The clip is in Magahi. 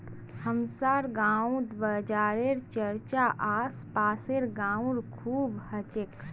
हमसार गांउत बाजारेर चर्चा आस पासेर गाउत खूब ह छेक